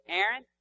Aaron